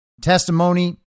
testimony